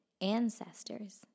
ancestors